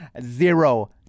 Zero